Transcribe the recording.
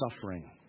suffering